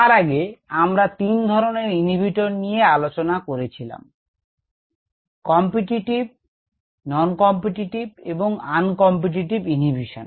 তার আগে আমরা তিন ধরনের ইনহিবিটর নিয়ে আলোচনা করেছিলাম কম্পিটিটিভ non competitive এবং আন কম্পিটিটিভ ইনহিবিশন